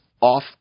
off